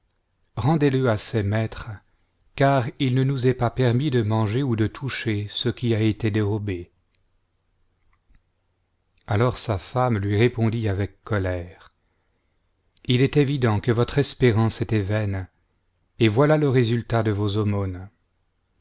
à ses maîtres car il ne nons est pas permis de manger ou de toucher ce qui a été dérobé alors sa femme lui répondit avec colère il est évident que votre espérance était vaine et voilà le résultat de vos